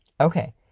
okay